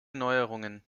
neuerungen